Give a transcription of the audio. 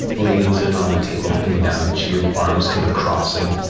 leans in on the table, looking down at you, arms kind of crossing,